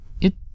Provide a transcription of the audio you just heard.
It